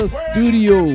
studio